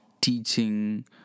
teaching